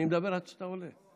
אני מדבר עד שאתה עולה.